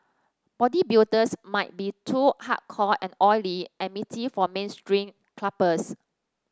bodybuilders might be too hardcore and oily and meaty for mainstream clubbers